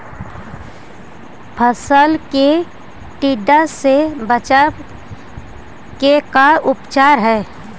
फ़सल के टिड्डा से बचाव के का उपचार है?